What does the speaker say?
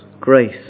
grace